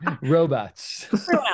Robots